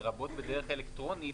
לרבות בדרך אלקטרונית,